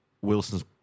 Wilson's